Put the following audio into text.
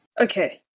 okay